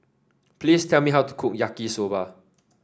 please tell me how to cook Yaki Soba